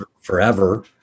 forever